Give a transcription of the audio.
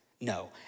No